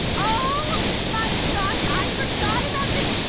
oh my gosh! i forgot about this!